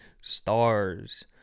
stars